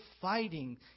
fighting